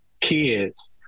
kids